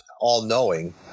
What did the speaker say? all-knowing